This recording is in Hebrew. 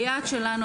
היעד שלנו,